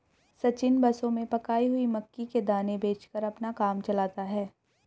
सचिन बसों में पकाई हुई मक्की के दाने बेचकर अपना काम चलाता है